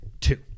Two